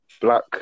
black